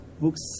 books